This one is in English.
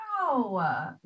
wow